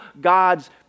God's